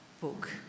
book